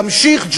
תמשיך,